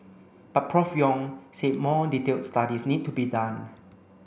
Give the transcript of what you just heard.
but Prof Yong said more detailed studies need to be done